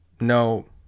no